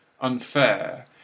unfair